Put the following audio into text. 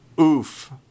Oof